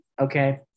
Okay